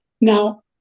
Now